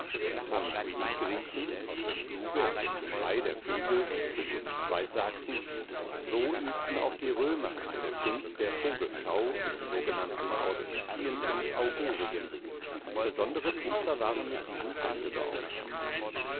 und wie die griechen aus dem fluge und dem geschrei der vögel die zukunft weissagten so übten auch die römer eine kunst der vogelschau in sogenannten auspicien und augurien und besondere priester waren mit diesem amte beauftragt